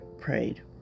prayed